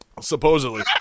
Supposedly